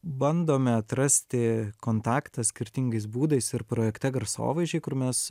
bandome atrasti kontaktą skirtingais būdais ir projekte garsovaizdžiai kur mes